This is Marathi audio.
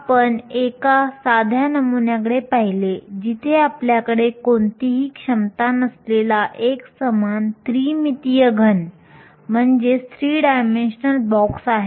आपण एका साध्या नमुन्याकडे पाहिले जिथे आपल्याकडे कोणतीही क्षमता नसलेला एकसमान त्रिमितीय घन आहे